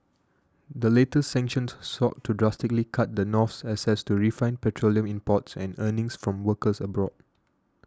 the latest sanctions sought to drastically cut the North's access to refined petroleum imports and earnings from workers abroad